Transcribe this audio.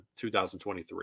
2023